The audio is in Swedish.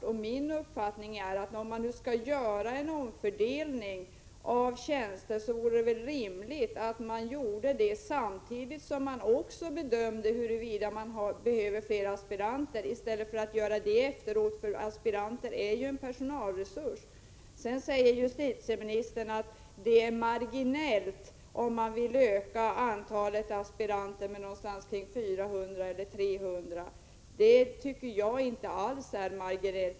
Om man skall göra en omfördelning av tjänster, vore det rimligt att man gjorde det samtidigt som man bedömde huruvida det behövs fler aspiranter i stället för att göra det efteråt, för aspiranter är ju en personalresurs. Justitieministern säger att det är en marginell fråga, om vi vill öka antalet aspiranter med 300-400. Det tycker jag inte alls är marginellt.